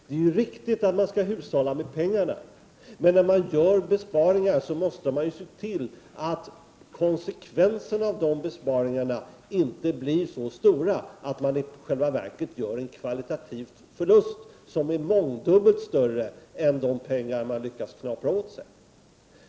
Det är riktigt att man skall hushålla med pengarna, men när man gör besparingar måste man se till att konsekvenserna av de besparingarna inte blir så stora att man i själva verket gör en kvalitativ förlust som är mångdubbelt större än de penningsummor man lyckas knapra åt sig.